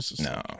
No